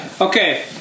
Okay